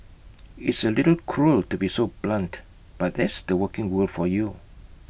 it's A little cruel to be so blunt but that's the working world for you